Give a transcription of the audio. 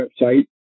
website